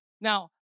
Now